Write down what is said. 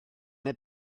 neu